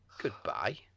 Goodbye